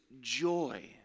joy